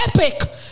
epic